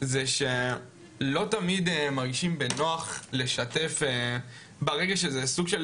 זה שלא תמיד הם מרגישים בנוח לשתף ברגע שזה סוג של